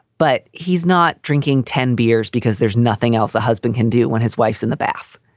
but he's not drinking ten beers because there's nothing else a husband can do when his wife's in the bath.